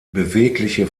bewegliche